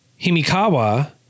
Himikawa